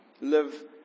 live